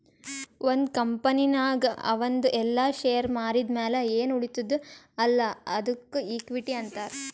ಒಂದ್ ಕಂಪನಿನಾಗ್ ಅವಂದು ಎಲ್ಲಾ ಶೇರ್ ಮಾರಿದ್ ಮ್ಯಾಲ ಎನ್ ಉಳಿತ್ತುದ್ ಅಲ್ಲಾ ಅದ್ದುಕ ಇಕ್ವಿಟಿ ಅಂತಾರ್